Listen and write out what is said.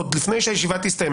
עוד לפני שהישיבה תסתיים,